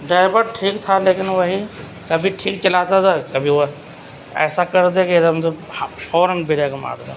driver ٹھیک تھا لیکن وہی کبھی ٹھیک چلاتا تھا کبھی وہ ایسا کر دے کہ ایک دم سے فوراً بریک مارتا